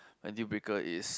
my deal breaker is